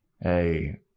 Hey